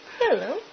Hello